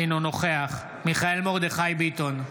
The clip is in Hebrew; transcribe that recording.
אינו נוכח מיכאל מרדכי ביטון,